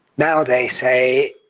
now they say,